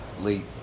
late